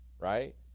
right